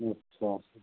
अच्छा सर